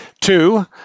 Two